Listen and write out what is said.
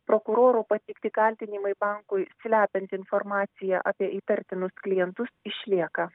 prokurorų pateikti kaltinimai bankui slepiant informaciją apie įtartinus klientus išlieka